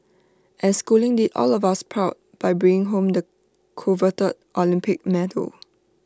and schooling did all of us proud by bringing home the coveted Olympic medal